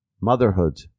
Motherhood